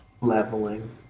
Leveling